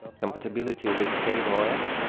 compatibility with haveos,